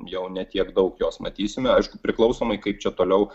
jau ne tiek daug jos matysime aišku priklausomai kaip čia toliau